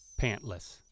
Pantless